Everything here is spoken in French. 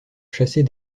chasser